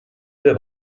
due